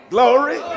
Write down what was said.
Glory